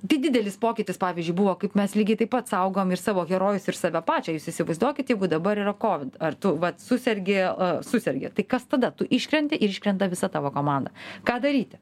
tai didelis pokytis pavyzdžiui buvo kaip mes lygiai taip pat saugom ir savo herojus ir save pačią jūs įsivaizduokit jeigu dabar yra kovid ar tu vat susergi susergi tai kas tada tu iškrenti ir iškrenta visa tavo komanda ką daryti